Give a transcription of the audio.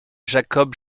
jakob